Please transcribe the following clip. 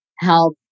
help